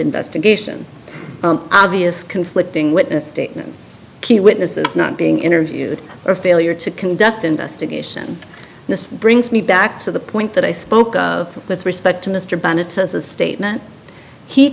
investigation obvious conflicting witness statements key witnesses not being interviewed or failure to conduct investigation this brings me back to the point that i spoke with respect to mr bennett says the statement he